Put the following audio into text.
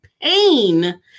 pain